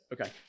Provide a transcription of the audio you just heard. Okay